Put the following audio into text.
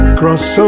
cross